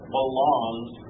belongs